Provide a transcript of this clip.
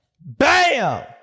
Bam